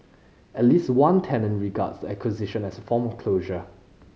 at least one tenant regards the acquisition as a form of closure